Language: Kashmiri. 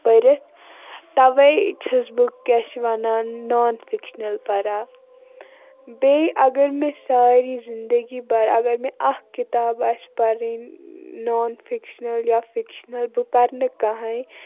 پٔرِتھ تَوَے چھَس بہٕ کیٛاہ چھِ وَنان نان فِکشنَل پَران بیٚیہِ اگر مےٚ ساری زندگی بھر اگر مےٚ اَکھ کِتاب آسہِ پَرٕنۍ نان فِکشنَل یا فِکشنَل بہٕ پَرٕ نہٕ کنٛہَے